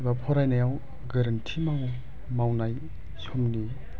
बा फरायनायाव गोरोन्थि मावनाय समनि